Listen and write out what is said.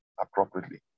appropriately